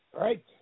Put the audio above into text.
Right